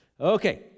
Okay